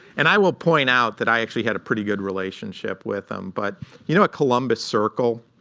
and i will point out that i actually had a pretty good relationship with him. but you know at columbus circle?